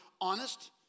honest